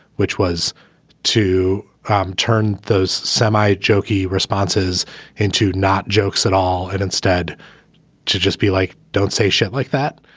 which was to um turn those samite jokey responses into not jokes at all, and instead to just be like, don't say shit like that.